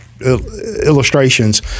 illustrations